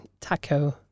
taco